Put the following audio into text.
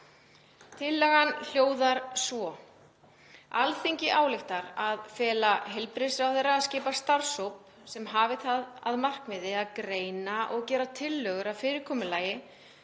Tillagan hljóðar svo: „Alþingi ályktar að fela heilbrigðisráðherra að skipa starfshóp sem hafi það markmið að greina og gera tillögur að fyrirkomulagi